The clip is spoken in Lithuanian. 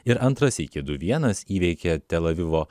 ir antrą sykį du vienas įveikė tel avivo